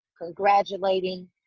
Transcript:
congratulating